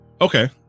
okay